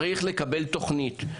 צריך לקבל תוכנית.